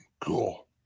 Cool